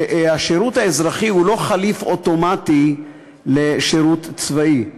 שהשירות האזרחי הוא לא חלופה אוטומטית לשירות צבאי.